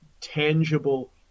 Tangible